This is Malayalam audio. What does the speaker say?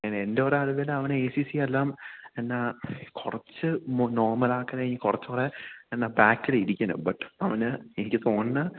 പിന്നെ എൻ്റെ ഒരു അറിവിൽ അവന് എ സി സി എല്ലാം എന്നാ കുറച്ച് നോർമലാക്കൻ ഈ കുറച്ചുകൂടെ എന്നാ ബാക്കില ഇരിക്കുന്നത് ബട്ട് അവന് എനിക്ക് തോന്നുന്നു